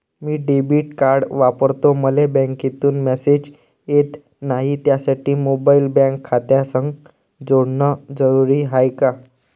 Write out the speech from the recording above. मी debit card वापरतो मले बँकेतून मॅसेज येत नाही, त्यासाठी मोबाईल बँक खात्यासंग जोडनं जरुरी हाय का?